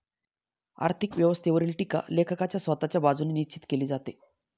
आर्थिक व्यवस्थेवरील टीका लेखकाच्या स्वतःच्या बाजूने निश्चित केली जाते